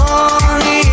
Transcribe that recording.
Money